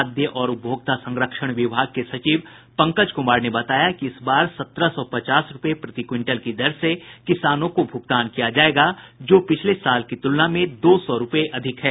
खाद्य और उपभोक्ता संरक्षण विभाग के सचिव पंकज कुमार ने बताया कि इस बार सत्रह सौ पचास रूपये प्रति क्विंटल की दर से किसानों को भुगतान किया जायेगा जो पिछले साल की तुलना में दो सौ रूपये अधिक है